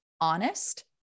Honest